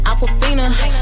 Aquafina